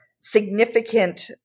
significant